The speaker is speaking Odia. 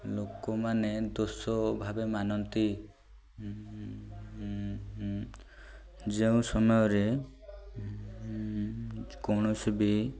ଲୋକମାନେ ଦୋଷ ଭାବେ ମାନନ୍ତି ଯେଉଁ ସମୟରେ କୌଣସି ବି